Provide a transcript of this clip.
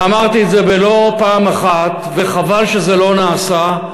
ואמרתי את זה לא פעם אחת וחבל שזה לא נעשה,